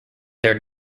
their